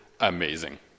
amazing